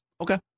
okay